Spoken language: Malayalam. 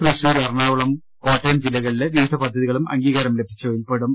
തൃശൂർ എറണാകുളം കോട്ടയം ജില്ലകളിലെ വിവിധ പദ്ധതി കളും അംഗീകാരം ലഭിച്ചവയിൽ പെടും